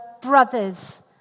brothers